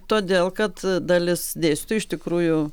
todėl kad dalis dėstytojų iš tikrųjų